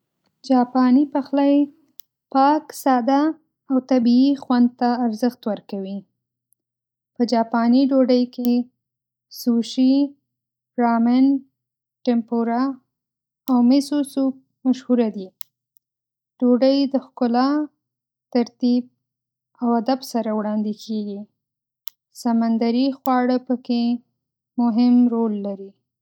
جاپاني پخلی پاک، ساده، او طبیعي خوند ته ارزښت ورکوي. په جاپاني ډوډۍ کې سوشي، رامن، ټمپورا، او میسو‌سوپ مشهوره دي. ډوډۍ د ښکلا، ترتیب، او ادب سره وړاندې کېږي. سمندري خواړه پکې مهم رول لري.